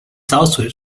southward